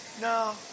No